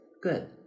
good